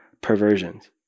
perversions